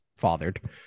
fathered